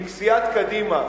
אם סיעת קדימה,